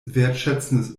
wertschätzendes